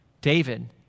David